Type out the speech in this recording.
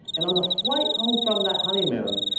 and on the flight home from that honeymoon,